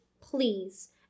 please